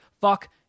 fuck